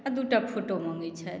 आ दू टा फोटो मॅंगै छथि